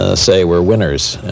ah say we're winners.